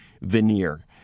veneer